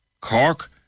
Cork